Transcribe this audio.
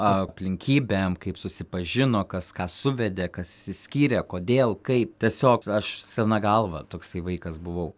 aplinkybėm kaip susipažino kas ką suvedė kas išsiskyrė kodėl kaip tiesiog aš sena galva toksai vaikas buvau